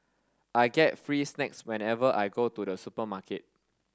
I get free snacks whenever I go to the supermarket